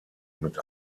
mit